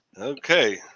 Okay